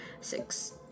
six